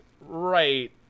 right